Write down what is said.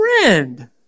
friend